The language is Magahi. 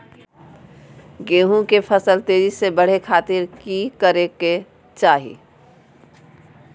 गेहूं के फसल तेजी से बढ़े खातिर की करके चाहि?